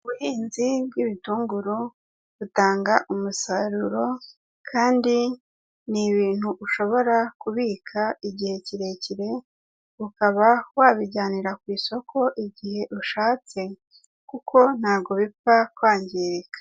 Ubuhinzi bw'ibitunguru butanga umusaruro kandi ni ibintu ushobora kubika igihe kirekire, ukaba wabijyanira ku isoko igihe ushatse kuko ntabwo bipfa kwangirika.